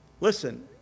Listen